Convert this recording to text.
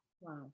wow